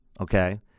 okay